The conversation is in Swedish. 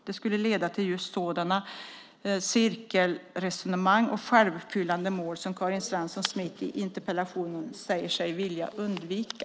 Det skulle leda till just sådana cirkelresonemang och självuppfyllande mål som Karin Svensson Smith i interpellationen säger sig vilja undvika.